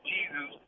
Jesus